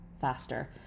faster